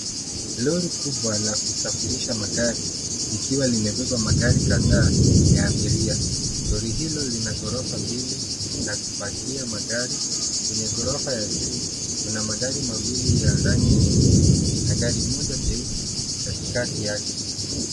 Lori kubwa la kusafirisha magari likiwa limebeba magari kadhaa ya abiria. Lori hilo lina ghorofa mbili za kupakia magari. Kwenye ghorofa ya juu, kuna magari mawili ya rangi nyeupe na gari moja jeusi katikati yake.